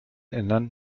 ändern